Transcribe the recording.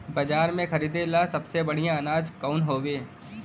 बाजार में खरदे ला सबसे बढ़ियां अनाज कवन हवे?